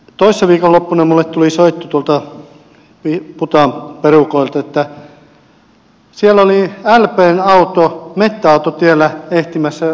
toissa viikonloppuna minulle tuli soitto tuolta pihtiputaan perukoilta että siellä oli lpn auto metsäautotiellä etsimässä susia metsästä